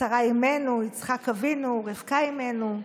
שרה אימנו, יצחק אבינו, רבקה אימנו,